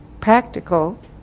practical